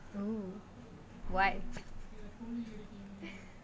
oh what